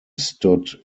stood